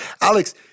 Alex